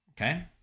okay